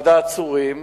אחד העצורים,